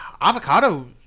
avocado